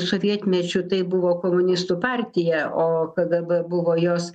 sovietmečiu tai buvo komunistų partija o kgb buvo jos